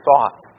thoughts